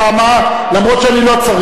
מה שאתה כן יכול לעשות זה לפנות לספסלי